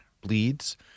bleeds